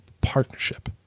partnership